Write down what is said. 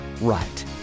right